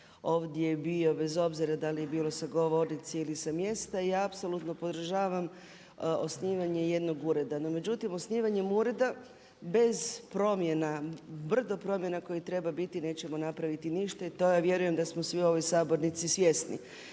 ovdje bio bez obzira da li je bilo sa govornice ili sa mjesta. Ja apsolutno podržavam osnivanje jednog ureda. No međutim, osnivanjem ureda bez promjena brdo promjena koje treba biti nećemo napraviti ništa i to ja vjerujem da smo svi u ovoj sabornici svjesni.